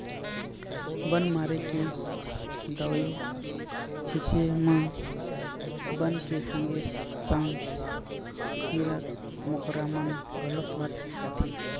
बन मारे के दवई छिंचे म बन के संगे संग कीरा कमोरा मन घलोक मर जाथें